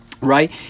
right